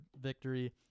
victory